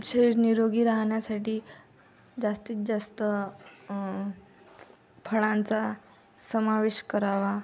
शरीर निरोगी राहण्यासाठी जास्तीतजास्त फळांचा समावेश करावा